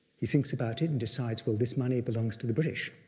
he thinks about it and decides, well, this money belongs to the british.